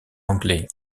anglais